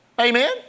Amen